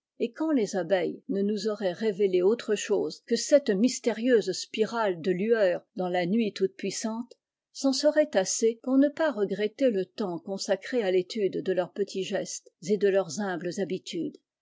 et quand les abeilles ne nous auraient révélé autre chose que cette mystérieuse spirale de lueurs dans la nuit toute-puissante c'en serait assez pour ne pas regretter le temps consacré à l'étude de leurs petits gestes et de leurs humbles habitudes